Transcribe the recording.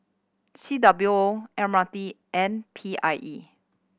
C W O M R T and P I E